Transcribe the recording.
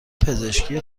پزشکی